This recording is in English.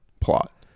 plot